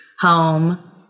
home